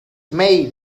made